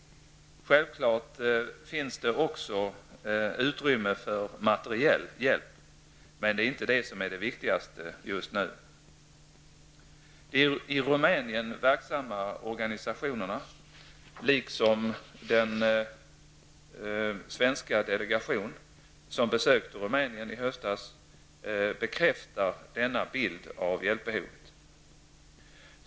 Självklart finns det också utrymme för materiell hjälp, men det är inte det viktigaste just nu. De i Rumänien verksamma organisationerna liksom den svenska delegation som besökte Rumänien i höstas bekräftar denna bild av hjälpbehovet.